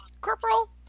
Corporal